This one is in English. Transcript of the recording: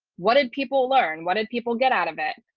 what did people learn what did people get out of it,